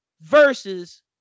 versus